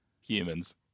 Humans